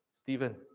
Stephen